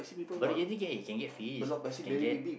Bedok Jetty can get can get fish can get